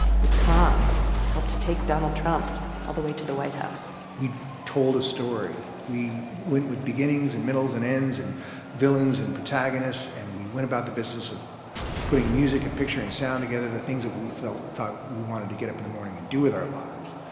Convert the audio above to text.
his con helped take donald trump all the way to the white house we told a story. we went with beginnings and middles and ends and villains and protagonists. and we went about the business of putting music and picture and sound together, the things that we thought we wanted to get up in the morning and do with our lives.